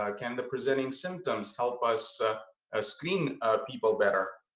um can the presenting symptoms help us ah ah screen ah people better?